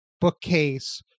bookcase